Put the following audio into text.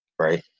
Right